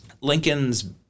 Lincoln's